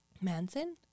Manson